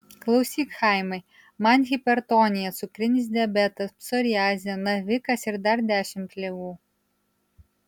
klausyk chaimai man hipertonija cukrinis diabetas psoriazė navikas ir dar dešimt ligų